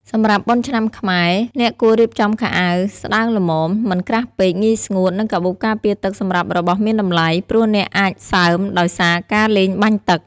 សម្រាប់បុណ្យឆ្នាំខ្មែរ អ្នកគួររៀបចំខោអាវស្ដើងល្មម មិនក្រាស់ពេក ងាយស្ងួត និងកាបូបការពារទឹកសម្រាប់របស់មានតម្លៃ ព្រោះអ្នកអាចសើមដោយសារការលេងបាញ់ទឹក។